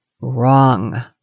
Wrong